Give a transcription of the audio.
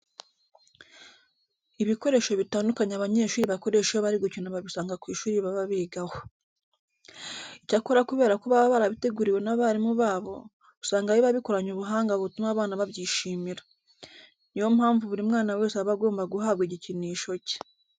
Ibikoresho bitandukanye abanyeshuri bakoresha iyo bari gukina babisanga ku ishuri baba bigaho. Icyakora kubera ko baba barabiteguriwe n'abarimu babo, usanga biba bikoranye ubuhanga butuma abana babyishimira. Ni yo mpamvu buri mwana wese aba agomba guhabwa igikinisho cye.